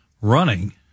running